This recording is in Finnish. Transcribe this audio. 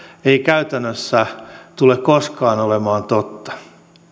ei käytännössä tule koskaan olemaan totta